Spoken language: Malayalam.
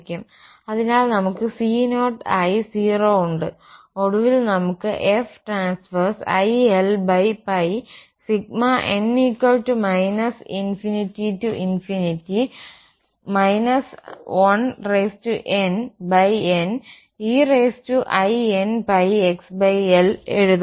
അതിനാൽ നമുക്ക് c0 ആയി 0 ഉണ്ട് ഒടുവിൽ നമുക്ക് f ∼ ilπn ∞ 1nneinπxlഎഴുതാം